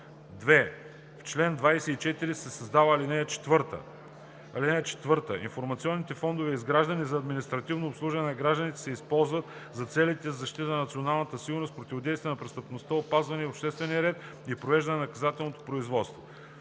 2. В чл. 24 се създава ал. 4: „(4) Информационните фондове, изграждани за административно обслужване на гражданите, се използват и за целите на защита на националната сигурност, противодействие на престъпността, опазване на обществения ред и провеждане на наказателното производство.“